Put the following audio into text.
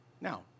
Now